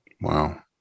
Wow